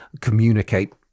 communicate